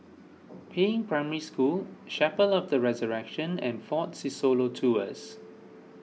Peiying Primary School Chapel of the Resurrection and fort Siloso Tours